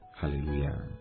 Hallelujah